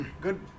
good